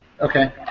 Okay